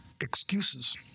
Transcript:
excuses